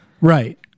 Right